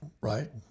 right